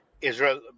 Israel